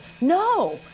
no